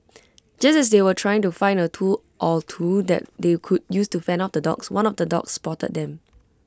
just as they were trying to find A tool or two that they could use to fend off the dogs one of the dogs spotted them